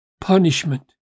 punishment